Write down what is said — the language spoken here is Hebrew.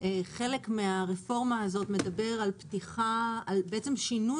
חלק מהרפורמה מדבר על שינוי